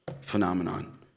phenomenon